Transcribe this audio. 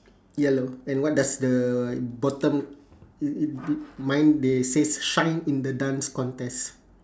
yellow and what does the bottom uh uh b~ mine they says shine in the dance contest